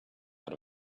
out